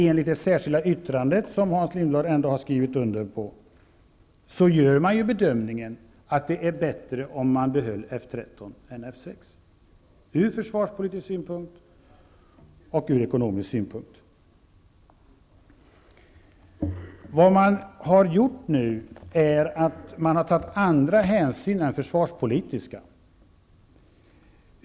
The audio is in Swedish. Enligt det särskilda yttrandet, som Hans Lindblad ändå har ställt sig bakom, gör man bedömningen att det från försvarspolitisk och ekonomisk synpunkt vore bättre om man behöll F 13 än F 6. Vad man nu har gjort är att man har tagit andra hänsyn än försvarspolitiska.